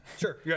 Sure